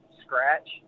scratch